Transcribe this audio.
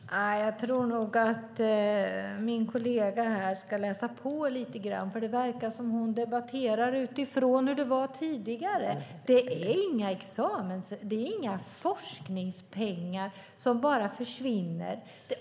Fru talman! Nej, jag tror nog att min kollega ska läsa på lite grann, för det verkar som att hon debatterar utifrån hur det var tidigare. Det är inga forskningspengar som bara försvinner.